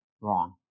wrong